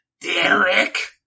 Derek